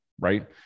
right